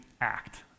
act